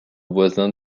voisin